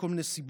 מכל מיני סיבות.